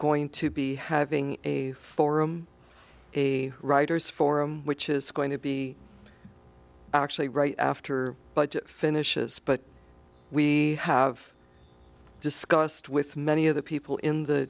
going to be having a forum a writer's forum which is going to be actually right after budget finishes but we have discussed with many of the people in the